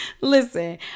listen